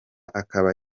akaba